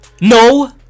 No